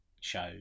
shows